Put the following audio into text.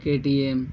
KTM